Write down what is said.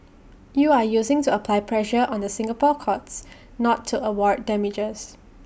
you are using to apply pressure on the Singapore courts not to award damages